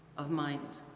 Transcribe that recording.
of mind,